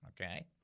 okay